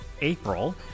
April